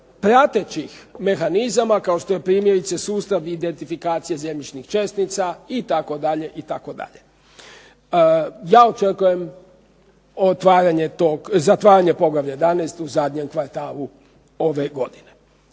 pratećih mehanizama. Kao što je primjerice sustav identifikacije zemljišnih čestica itd. Da, očekujem zatvaranje Poglavlja 11. u zadnjem kvartalu ove godine.